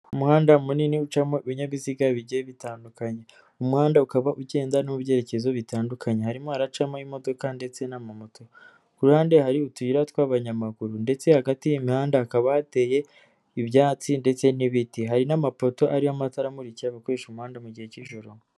Umuhanda munini ucamo ibinyabiziga bigiye bitandukanye, umuhanda ukaba ugenda no mu byerekezo bitandukanye, harimo haracamo imodoka ndetse n'amamoto, ku ruhande hari utuyira tw'abanyamaguru ndetse hagati y'imihanda hakaba hateye ibyatsi ndetse n'ibiti, hari n'amapoto ariho amatara amurikira abakoresha umuhanda mu gihe cy'ijoro.